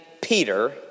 Peter